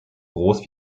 groß